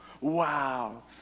Wow